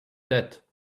debt